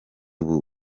ubu